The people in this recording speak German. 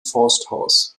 forsthaus